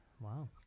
Wow